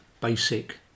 basic